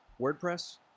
WordPress